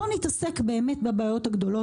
בואו נתעסק באמת בבעיות הגדולות.